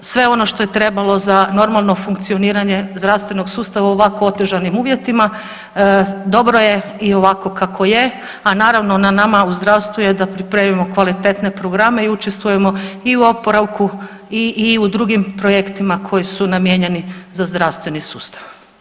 I sve ono što je trebalo za normalno funkcioniranje zdravstvenog sustava u ovako otežanim uvjetima dobro je i ovako kako je, a naravno na nama u zdravstvu je da pripremimo kvalitetne programe i učestvujemo i u oporavku i, i u drugim projektima koji su namijenjeni za zdravstveni sustav.